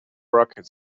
racket